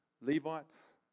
Levites